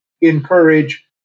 encourage